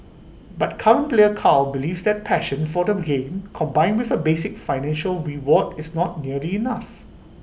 but current player Carl believes that passion for the game combined with A basic financial reward is not nearly enough